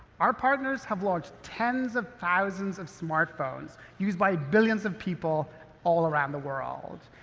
our partners have launched tens of thousands of smartphones, used by billions of people all around the world.